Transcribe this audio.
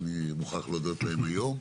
אני חייב להודות להם היום.